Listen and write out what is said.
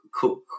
cook